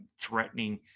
threatening